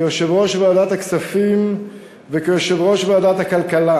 כיושב-ראש ועדת הכספים וכיושב-ראש ועדת הכלכלה,